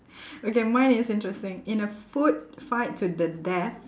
okay mine is interesting in a food fight to the death